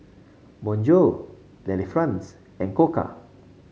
Bonjour Delifrance and Koka